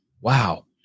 wow